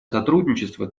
сотрудничество